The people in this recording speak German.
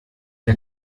der